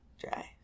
dry